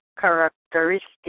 characteristic